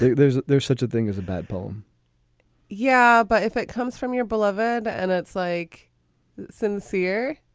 there's there's such a thing as a bad poem yeah, but if it comes from your beloved and it's like sincere,